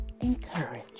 encourage